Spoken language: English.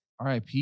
RIP